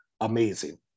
amazing